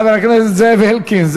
חבר הכנסת זאב אלקין,